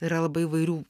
yra labai įvairių